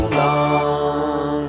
long